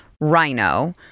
Rhino